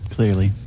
Clearly